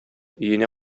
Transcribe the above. өенә